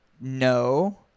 No